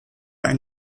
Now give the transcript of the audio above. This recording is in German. ein